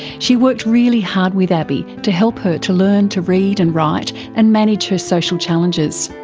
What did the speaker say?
she worked really hard with abbie to help her to learn to read and write, and manage her social challenges.